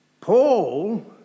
Paul